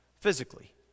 physically